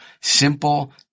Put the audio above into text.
Simple